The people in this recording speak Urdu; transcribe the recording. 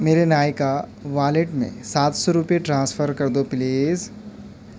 میرے نائکا والیٹ میں سات سو روپے ٹرانسفر کر دو پلیز